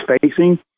facing